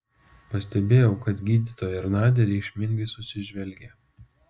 pastebėjau kad gydytoja ir nadia reikšmingai susižvelgė